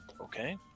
Okay